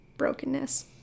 brokenness